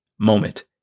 moment